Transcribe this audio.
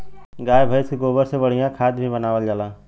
गाय भइस के गोबर से बढ़िया खाद भी बनावल जाला